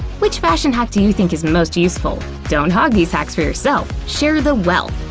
which fashion hack do think is most useful? don't hog these hacks for yourself, share the wealth!